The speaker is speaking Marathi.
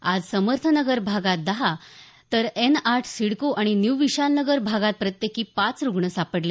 आज समर्थ नगर भागात दहा तर एन आठ सिडको आणि न्यू विशाल नगर भागात प्रत्येकी पाच रुग्ण सापडले